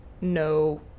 no